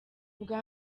bwa